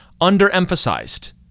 underemphasized